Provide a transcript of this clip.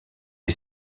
est